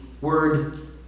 word